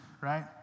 right